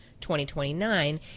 2029